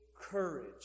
courage